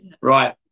Right